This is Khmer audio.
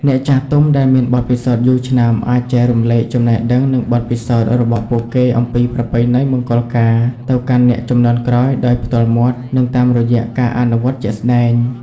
អ្នកចាស់ទុំដែលមានបទពិសោធន៍យូរឆ្នាំ អាច ចែករំលែកចំណេះដឹង និងបទពិសោធន៍ របស់ពួកគេអំពីប្រពៃណីមង្គលការ ទៅកាន់អ្នកជំនាន់ក្រោយដោយផ្ទាល់មាត់ និងតាមរយៈការអនុវត្តជាក់ស្តែង។